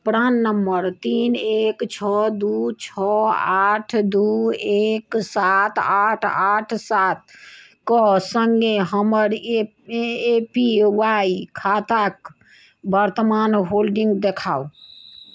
प्राण number तीन एक छओ दू छओ आठ दू एक सात आठ आठ सात कऽ सङ्गे हमर ए पी वाई खाताके वर्तमान होल्डिङ्ग देखाउ